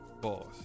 boss